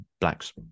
blacks